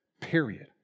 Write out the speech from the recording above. Period